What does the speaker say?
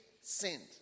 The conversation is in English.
sinned